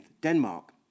Denmark